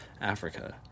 Africa